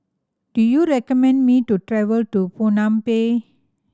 do you recommend me to travel to Phnom Penh